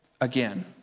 again